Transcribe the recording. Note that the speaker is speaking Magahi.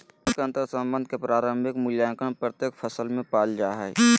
फसल के अंतर्संबंध के प्रारंभिक मूल्यांकन प्रत्येक फसल में पाल जा हइ